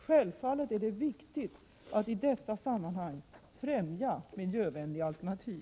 Självfallet är det viktigt att i detta sammanhang främja miljövänliga alternativ.